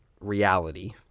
reality